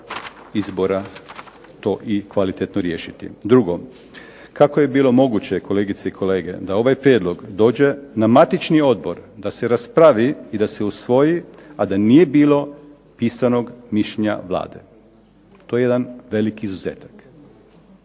izbora to i kvalitetno riješiti. Drugo, kako je bilo moguće, kolegice i kolege, da ovaj prijedlog dođe na matični odbor, da se raspravi i da se usvoji, a da nije bilo pisanog mišljenja Vlade? To je jedan veliki izuzetak.